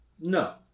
No